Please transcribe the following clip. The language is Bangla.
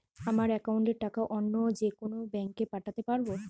আমার একাউন্টের টাকা অন্য যেকোনো ব্যাঙ্কে পাঠাতে পারব?